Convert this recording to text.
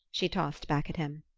she tossed back at him.